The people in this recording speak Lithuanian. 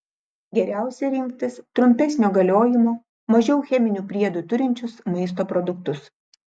geriausia rinktis trumpesnio galiojimo mažiau cheminių priedų turinčius maisto produktus